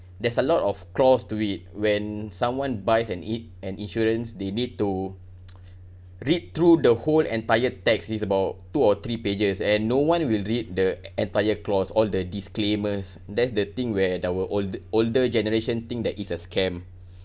there's a lot of clause to it when someone buys an in~ an insurance they need to read through the whole entire text it's about two or three pages and no one will read the entire clause all the disclaimers that's the thing where that our old~ older generation think that it's a scam